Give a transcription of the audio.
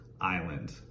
Island